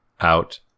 out